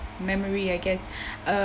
memory I guess uh